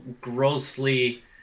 grossly